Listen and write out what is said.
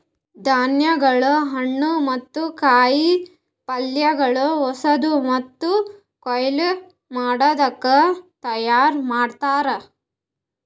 ಧಾನ್ಯಗೊಳ್, ಹಣ್ಣು ಮತ್ತ ಕಾಯಿ ಪಲ್ಯಗೊಳ್ ಹೊಸಾದು ಮತ್ತ ಕೊಯ್ಲು ಮಾಡದಾಗ್ ತೈಯಾರ್ ಮಾಡ್ತಾರ್